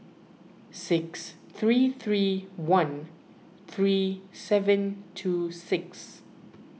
six three three one three seven two six